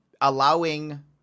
allowing